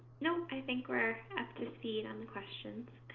nope, i think we're up to speed on the questions.